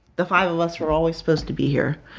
the five of us were always supposed to be here.